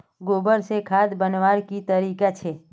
गोबर से खाद बनवार की तरीका छे?